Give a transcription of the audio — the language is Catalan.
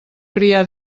crià